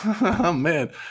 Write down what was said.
Man